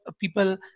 people